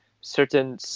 certain